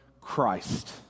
Christ